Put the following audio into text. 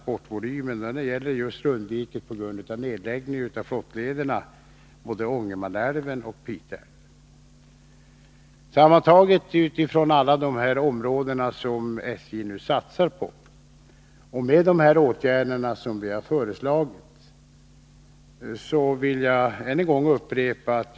På grund av nedläggning av flottlederna, både Ångermanälven och Pite älv, är det definitivt klart att SJ:s transportvolym när det gäller just rundvirke kommer att öka.